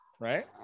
right